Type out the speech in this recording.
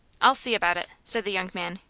i'll see about it, said the young man,